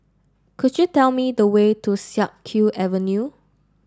could you tell me the way to Siak Kew Avenue